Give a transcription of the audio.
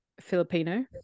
Filipino